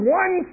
one